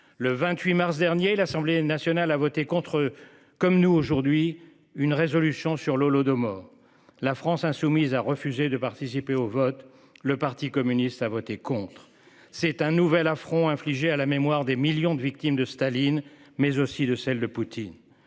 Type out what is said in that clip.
le 28 mars dernier, l'Assemblée nationale a voté contre comme nous aujourd'hui une résolution sur l'Holodomor. La France insoumise a refusé de participer au vote, le parti communiste a voté contre. C'est un nouvel affront infligé à la mémoire des millions de victimes de Staline mais aussi de celle de Poutine.